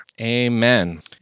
Amen